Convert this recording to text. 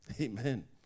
Amen